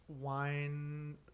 wine